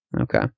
Okay